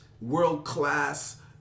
world-class